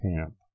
camp